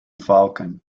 falcon